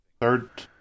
Third